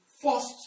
first